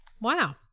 Wow